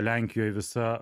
lenkijoj visa